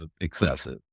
excessive